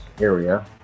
area